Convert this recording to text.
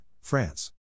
France